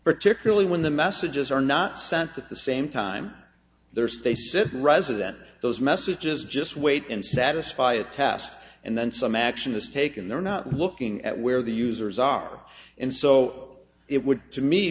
particularly when the messages are not sense at the same time there are spaces resident those messages just wait and satisfy a test and then some action is taken they're not looking at where the users are and so it would to me